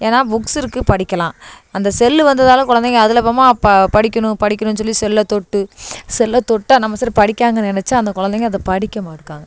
ஏன்னா புக்ஸ் இருக்குது படிக்கலாம் அந்த செல்லு வந்ததால் குலந்தைக அதுல போமா ப படிக்கணும் படிக்கணும் சொல்லி செல்ல தொட்டு செல்ல தொட்டால் சரி நம்ம படிக்கிறான்னு நினச்சா அந்த குலந்தைங்க அதை படிக்கமாட்டேக்காங்க